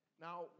Now